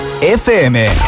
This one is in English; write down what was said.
FM